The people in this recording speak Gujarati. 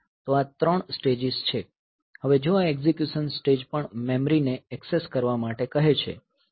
તો આ ત્રણ સ્ટેજીસ છે હવે જો આ એક્ઝિક્યુશન સ્ટેજ પણ મેમરી ને એક્સેસ કરવા માટે કહે છે